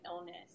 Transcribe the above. illness